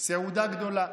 סעודה גדולה,